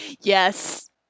Yes